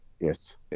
Yes